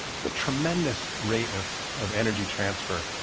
it's a tremendous rate of of energy transfer.